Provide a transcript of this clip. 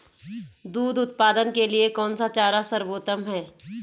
दूध उत्पादन के लिए कौन सा चारा सर्वोत्तम है?